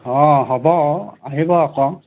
অঁ হ'ব আহিব আকৌ